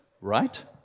right